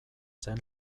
zen